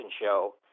show